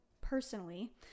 personally